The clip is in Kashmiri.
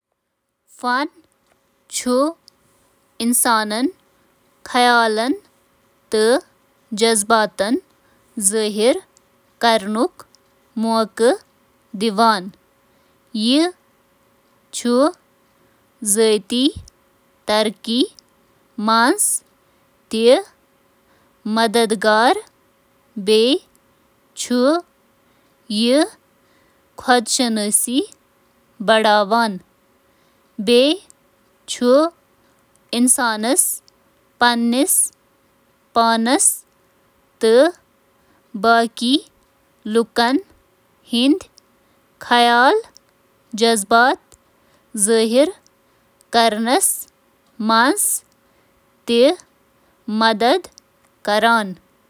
فن ہیکہٕ پنن پان ظٲہر کرتھ ذٲتی ترقی منٛز اہم کردار ادا کرتھ: فن ہیکہٕ تۄہہ پانس سۭتۍ ایماندار تہٕ کمزور بننس منٛز مدد کرتھ۔ جذبٲتی ذہانتچ تعمیر: تناؤ کم کرُن، بہتر بناوُن۔